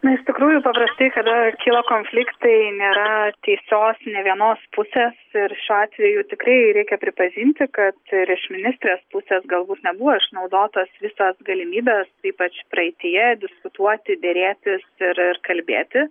na iš tikrųjų paprastai kada kyla konfliktai nėra teisios nė vienos pusės ir šiuo atveju tikrai reikia pripažinti kad ir iš ministrės pusės galbūt nebuvo išnaudotos visos galimybės ypač praeityje diskutuoti derėtis ir ir kalbėti